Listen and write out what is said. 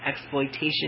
exploitation